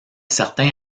certains